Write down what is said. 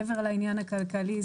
מעבר לעניין הכלכלי,